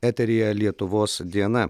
eteryje lietuvos diena